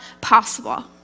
possible